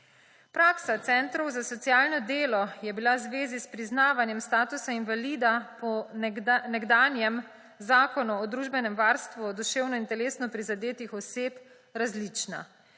Praksa centrov za socialno delo je bila v zvezi s priznavanjem statusa invalida po nekdanjem Zakonu o družbenem varstvu duševno in telesno prizadetih oseb različna.